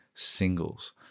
singles